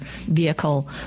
vehicle